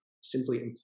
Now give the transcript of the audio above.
simply